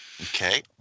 Okay